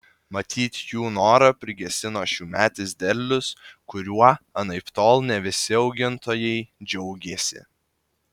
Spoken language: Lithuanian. matyt jų norą prigesino šiųmetis derlius kuriuo anaiptol ne visi augintojai džiaugėsi